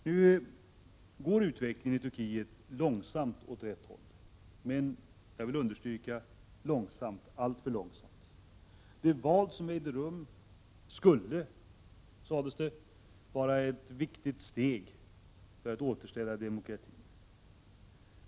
Nu går utvecklingen i Turkiet långsamt åt rätt håll, men jag vill understryka långsamt — alltför långsamt. Det val som ägde rum skulle, sades det, vara ett viktigt steg för att återställa demokratin.